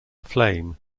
flame